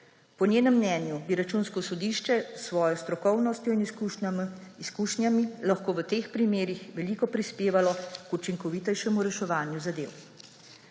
Po njenem mnenju bi Računsko sodišče s svojo strokovnostjo in izkušnjami lahko v teh primerih veliko prispevalo k učinkovitejšemu reševanju zadev.